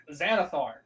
Xanathar